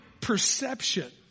perception